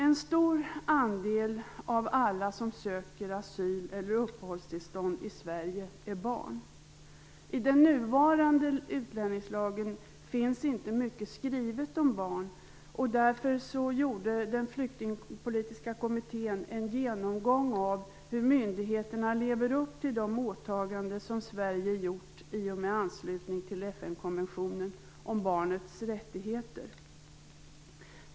En stor andel av alla som söker asyl eller uppehållstillstånd i Sverige är barn. I den nuvarande utlänningslagen finns det inte mycket skrivet om barn. Därför gjorde den flyktingpolitiska kommittén en genomgång av hur myndigheterna lever upp till de åtaganden som Sverige gjort i och med anslutningen till FN-konventionen om barnets rättigheter.